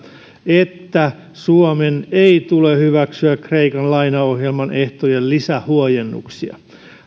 että suomen ei tule hyväksyä kreikan lainaohjelman ehtojen lisähuojennuksia